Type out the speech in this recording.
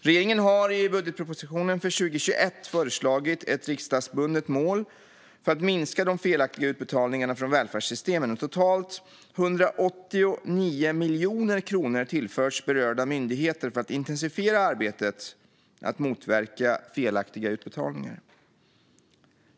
Regeringen har i budgetpropositionen för 2021 föreslagit ett riksdagsbundet mål för att minska de felaktiga utbetalningarna från välfärdssystemen, och totalt 189 miljoner kronor tillförs berörda myndigheter för att intensifiera arbetet med att motverka felaktiga utbetalningar.